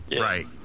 Right